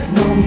no